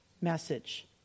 message